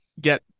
get